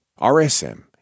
RSM